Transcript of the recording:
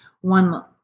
one